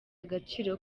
agaciro